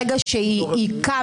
ברגע שהיא קמה,